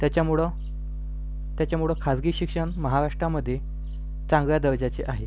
त्याच्यामुळं त्याच्यामुळं खाजगी शिक्षण महाराष्ट्रामध्ये चांगल्या दर्जाचे आहे